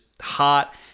hot